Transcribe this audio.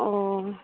ᱚᱸᱻ